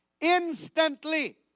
instantly